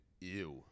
Ew